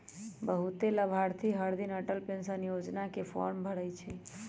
बहुते लाभार्थी हरदिन अटल पेंशन योजना के फॉर्म भरई छई